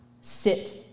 sit